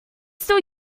still